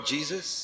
Jesus